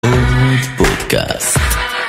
עוד פודקאסט